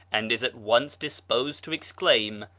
and is at once disposed to exclaim,